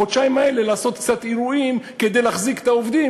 לעשות בחודשיים האלה קצת אירועים כדי להחזיק את העובדים,